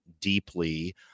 deeply